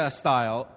style